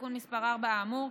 בתיקון מס' 4 האמור,